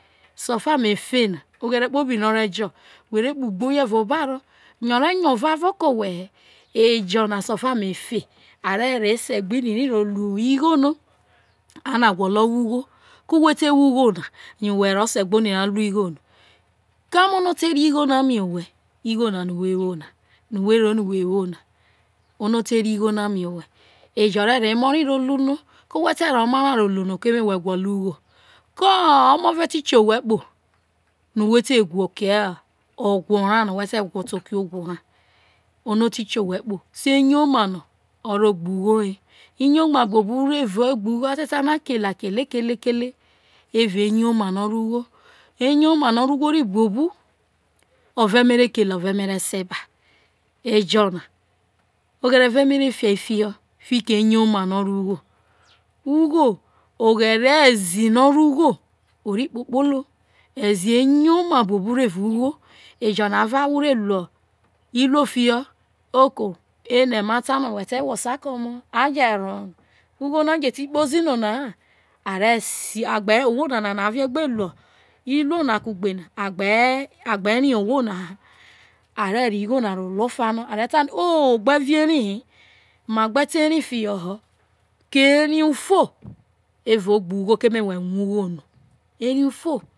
Sofa me feno oghere kpobi no ore jo who rw kpo igbo we evao obaro oware re nya ovavo roke owhe he sofa me sofa me fe a reho ose rai ru ugho no ko who te oni rai who reko rai ru ugho no ka mono ate re ugho na mi owhe ejo ke emu rai who te ro omo ra ru no gudo ugho ko omo ve ti kuo whe kpo no who ti whu evao oke owhora eyorma no o ro egbe ugho ye eyoma buobu a te ta no a ke le a ke lekele evao eyoma no o no ugho ove me re kele ove me re se ba ejo ogherevi me re fa fiho evao eyoma no o ro ugho ughi oghere ezi no o̱ ro̱ ugho oro kpokpolo ezi eyoma buobu oro kpo kpolo ejo avo ahwo are kpolo ejo avo ahwo are ru iruo fiho oko ene who te whosa ke ome ugho je te kpozi na a gbe re ohwo yena na a re ho ugho nalu ofa no ke ru fo.